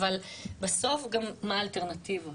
אבל בסוף גם מה האלטרנטיבות,